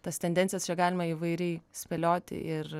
tas tendencijas čia galima įvairiai spėlioti ir